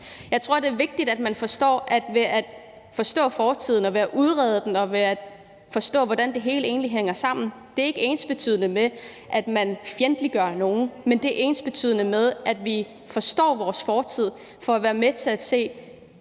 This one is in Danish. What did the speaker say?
Jeg tror, det er vigtigt, at man forstår, at det at forstå fortiden, udrede den og forstå, hvordan det hele egentlig hænger sammen, ikke er ensbetydende med, at man fjendtliggør nogen. Men det er ensbetydende med, at vi forstår vores fortid for at kunne være med til at sige: